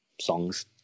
songs